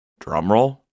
drumroll